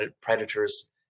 Predators